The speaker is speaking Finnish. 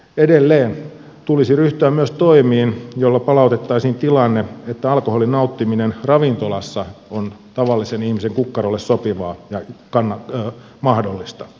edelleen tulisi ryhtyä myös toimiin joilla palautettaisiin tilanne että alkoholin nauttiminen ravintolassa on tavallisen ihmisen kukkarolle sopivaa ja mahdollista